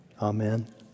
Amen